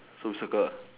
so circle